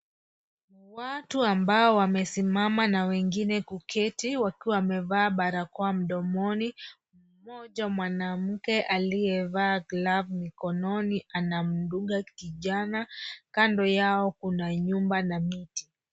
Watu ambao wamesimama na wengine kuketi, wakiwa wamevaa barakoa mdomoni, mmoja mwanamke aliyevaa glavu mikononi anamdunga kijana. Kando yao kuna nyumba na miti.